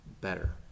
better